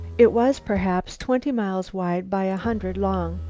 it was, perhaps, twenty miles wide by a hundred long.